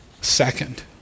Second